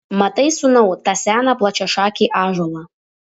matai sūnau tą seną plačiašakį ąžuolą